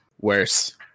worse